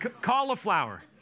cauliflower